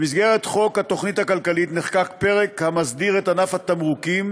במסגרת חוק התוכנית הכלכלית נחקק פרק המסדיר את ענף התמרוקים,